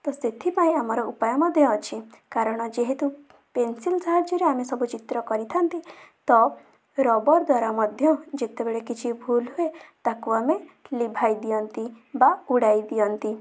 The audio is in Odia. ତ ସେଥିପାଇଁ ଆମର ଉପାୟ ମଧ୍ୟ ଅଛି କାରଣ ଯେହେତୁ ପେନସିଲ୍ ସାହାଯ୍ୟରେ ଆମେ ସବୁ ଚିତ୍ର କରିଥାନ୍ତି ତ ରବର୍ ଦ୍ଵାରା ମଧ୍ୟ ଯେତେବେଳେ କିଛି ଭୁଲ ହୁଏ ତାକୁ ଆମେ ଲିଭାଇ ଦିଅନ୍ତି ବା ଉଡ଼ାଇ ଦିଅନ୍ତି